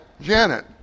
Janet